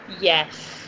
Yes